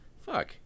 Fuck